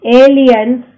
aliens